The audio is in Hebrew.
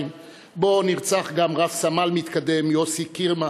שבו נרצח גם רב-סמל מתקדם יוסי קירמה,